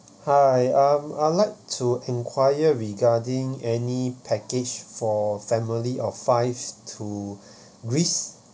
hi um I'd like to enquire regarding any package for family of five to greece